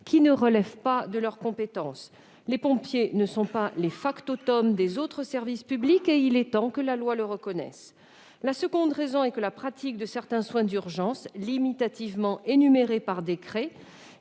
qui ne relève pas de leurs compétences. Les pompiers ne sont pas les factotums des autres services publics, et il est temps que la loi le reconnaisse. La seconde raison est que la pratique de certains soins d'urgence, limitativement énumérés par décret,